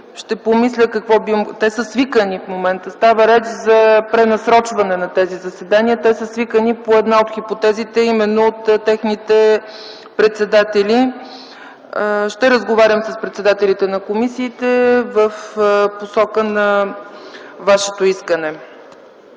а комисиите в момента са свикани. Става реч за пренасрочване на тези заседания. Те са свикани по една от хипотезите, а именно от техните председатели. Ще разговарям с председателите на комисиите в посока на Вашето искане.